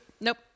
Nope